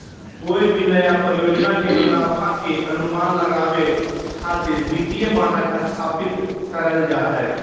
कोय भी नया परियोजना के मुनाफा के अनुमान लगावे खातिर वित्तीय मानक स्थापित करल जा हय